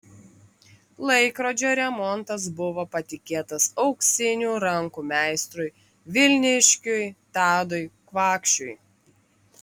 laikrodžio remontas buvo patikėtas auksinių rankų meistrui vilniškiui tadui kvakšiui